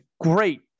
great